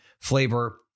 flavor